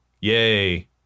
Yay